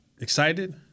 excited